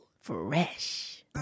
Fresh